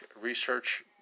research